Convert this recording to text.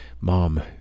mom